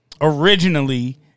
originally